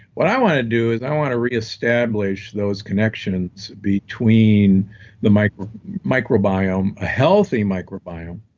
what i want to do is i want to reestablish those connections between the micro micro biome a healthy micro biome,